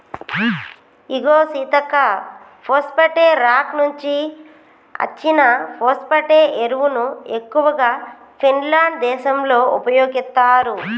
ఇగో సీతక్క పోస్ఫేటే రాక్ నుంచి అచ్చిన ఫోస్పటే ఎరువును ఎక్కువగా ఫిన్లాండ్ దేశంలో ఉపయోగిత్తారు